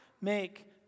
make